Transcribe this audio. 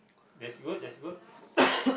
that's good that's good